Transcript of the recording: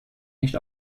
nicht